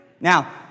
Now